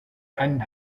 einen